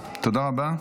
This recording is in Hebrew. תודה רבה.